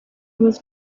was